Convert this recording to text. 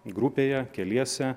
grupėje keliese